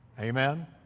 Amen